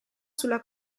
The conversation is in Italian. sulla